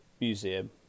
Museum